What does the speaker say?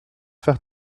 faire